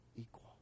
equal